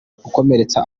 gukomeretsa